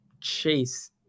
chase